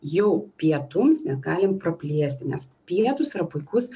jau pietums mes galim praplėsti nes pietūs yra puikus